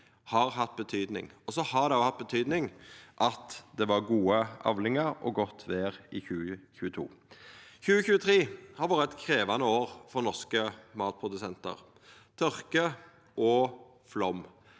har hatt betydning. Det har òg hatt betydning at det var gode avlingar og godt vêr i 2022. 2023 har vore eit krevjande år for norske matprodusentar, med tørke og flaum.